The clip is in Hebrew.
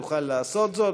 יוכל לעשות זאת,